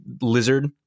Lizard